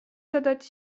zadać